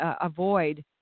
avoid